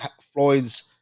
Floyd's